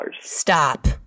Stop